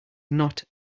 not